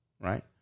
Right